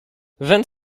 vingt